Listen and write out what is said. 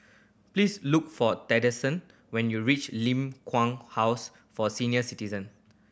please look for when you reach Ling Kwang House for Senior Citizen